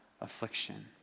affliction